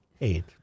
Eight